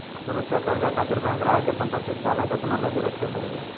सुरक्षा कर्जा खातिर बैंक ग्राहक के संपत्ति के कागज अपना लगे रख लेवे ला